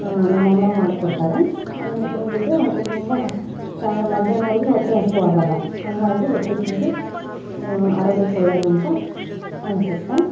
ನಮ್ಮಮ್ಮ ಮಾಡಿಕೊಡ್ತಾರೆ ಅದನ್ನು ತಿಂದು ಬಿಟ್ಟರೆ ಹೊಟ್ಟೆ ತುಂಬ ಸ ಮಧ್ಯಾಹ್ನವರೆಗೂ ಹೊಟ್ಟೆ ಹಸ್ವಾಗೋಲ್ಲ ಹಾಗಾಗಿ ರೊಟ್ಟಿ ತಿಂದರೆ ಆರೋಗ್ಯಕ್ಕೆ ಒಳ್ಳೆಯದಂತ ಅನ್ಸುತ್ತೆ